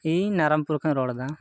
ᱤᱧ ᱱᱟᱨᱟᱱᱯᱩᱨ ᱠᱷᱚᱱ ᱤᱧ ᱨᱚᱲᱫᱟ